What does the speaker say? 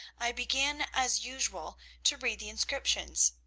i began as usual to read the inscriptions.